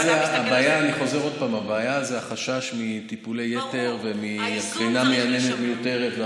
הבעיה זה החשש מטיפולי יתר ומקרינה מייננת מיותרת.